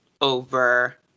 over